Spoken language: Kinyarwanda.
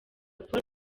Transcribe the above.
paul